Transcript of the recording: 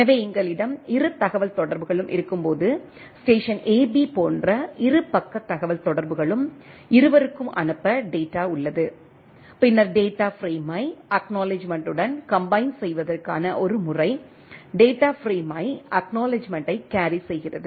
எனவே எங்களிடம் இரு தகவல்தொடர்புகளும் இருக்கும்போது ஸ்டேஷன் AB போன்ற இரு பக்க தகவல்தொடர்புகளும் இருவருக்கும் அனுப்ப டேட்டா உள்ளது பின்னர் டேட்டா பிரேமை அக்நாலெட்ஜ்மெண்ட்டுடன் கம்பைன் செய்வதெற்கான ஒரு முறை டேட்டா பிரேமே அக்நாலெட்ஜ்மெண்ட்டை கேர்ரி செய்கிறது